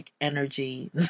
energy